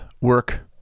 work